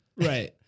Right